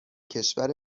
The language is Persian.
کشور